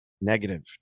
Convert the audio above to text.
Negative